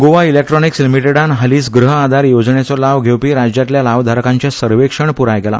Goa electronics लिमिटेडान हांलीच गृह आधार येवजणेचो लाव घेवपी राज्यांतल्या लावधारकांचे सर्वेक्षण प्र्ण केले